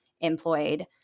employed